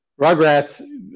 Rugrats